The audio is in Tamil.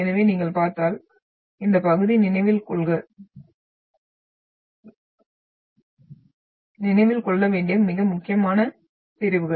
எனவே நீங்கள் பார்த்தால் இந்த பகுதி நினைவில் கொள்ள வேண்டிய முக்கியமான பிரிவுகள்